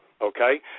okay